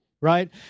right